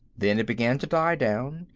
then it began to die down,